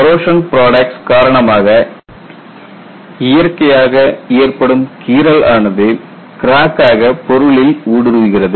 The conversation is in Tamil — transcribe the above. கரோஷன் புரோடக்ட்ஸ் காரணமாக இயற்கையாக ஏற்படும் கீறல் ஆனது கிராக் ஆக பொருளில் ஊடுருவுகிறது